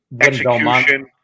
execution